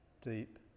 deep